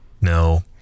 No